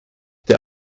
der